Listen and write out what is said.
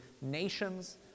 nations